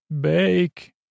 Bake